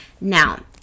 Now